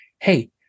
hey